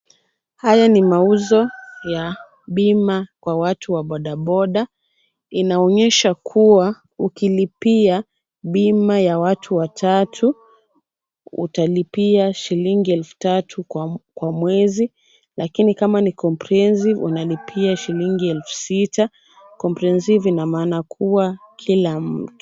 Haya ni mauzo ya bima kwa watu wa bodaboda. Inaonyesha kuwa ukilipia bima ya watu watatu utalipia shilingi elfu tatu kwa mwezi lakini kama ni comprehensive unalipia shilingi elfu sita. Comprehensive ina maana kuwa kila mtu.